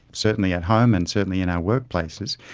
certainly at home and certainly in our workplaces,